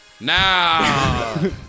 Now